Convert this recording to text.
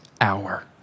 hour